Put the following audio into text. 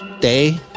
day